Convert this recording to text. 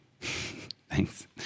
Thanks